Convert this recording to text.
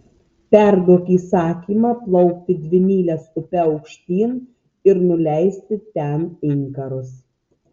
perduok įsakymą plaukti dvi mylias upe aukštyn ir nuleisti ten inkarus